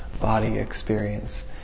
body-experience